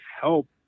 help